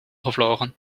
gevlogen